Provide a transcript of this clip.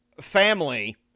family